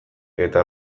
eta